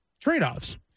trade-offs